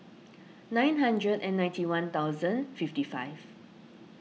nine hundred and ninety one thousand fifty five